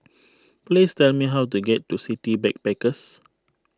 please tell me how to get to City Backpackers